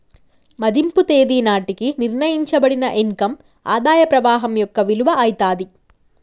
మదింపు తేదీ నాటికి నిర్ణయించబడిన ఇన్ కమ్ ఆదాయ ప్రవాహం యొక్క విలువ అయితాది